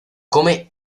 come